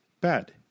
bad